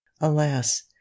alas